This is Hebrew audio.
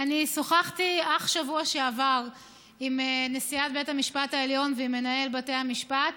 אני שוחחתי אך בשבוע שעבר עם נשיאת בית המשפט העליון ועם מנהל בתי המשפט